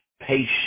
patience